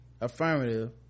Affirmative